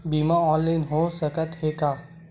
बीमा ऑनलाइन हो सकत हे का?